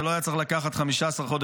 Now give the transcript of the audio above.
זה לא היה צריך לקחת 15 חודשים,